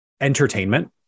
entertainment